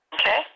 Okay